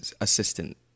assistant